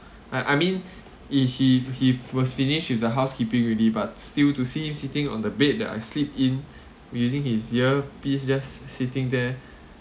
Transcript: I I mean if he he was finished with the housekeeping already but still to see him sitting on the bed that I sleep in using his earpiece just sitting there